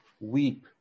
weep